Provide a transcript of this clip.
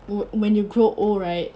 when when you grow old right